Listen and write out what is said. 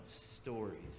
stories